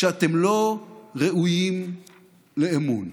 שאתם לא ראויים לאמון.